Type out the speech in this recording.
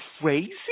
crazy